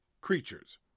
creatures